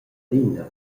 adina